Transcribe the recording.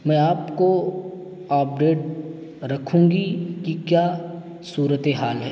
میں آپ کو اپڈیٹ رکھوں گی کہ کیا صورتحال ہے